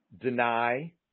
Deny